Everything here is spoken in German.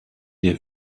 der